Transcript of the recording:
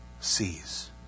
sees